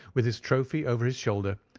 with this trophy over his shoulder,